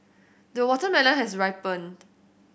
the watermelon has ripened